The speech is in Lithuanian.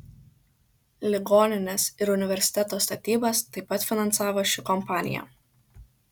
ligoninės ir universiteto statybas taip pat finansavo ši kompanija